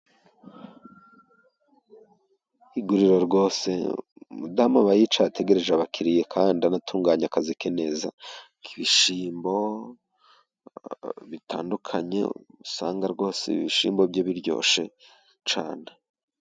Iguriro rwose, umudamu aba yicaye, ategereje abakiriya, kandi anatunganya akazi ke neza. Ibishyimbo bitandukanye, usanga rwose ibishyimbo bye biryoshye cyane.